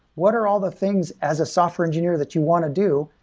what are all the things as a software engineer that you want to do,